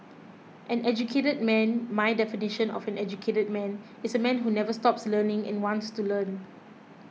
an educated man my definition of an educated man is a man who never stops learning and wants to learn